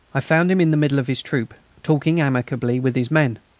i found him in the middle of his troop, talking amicably with his men.